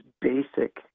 basic